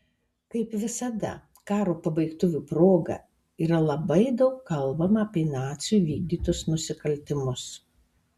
kaip visada karo pabaigtuvių proga yra labai daug kalbama apie nacių įvykdytus nusikaltimus